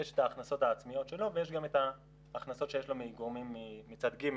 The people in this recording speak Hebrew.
יש את ההכנסות העצמיות שלו ויש גם את ההכנסות שיש לו מגורמים מצד ג',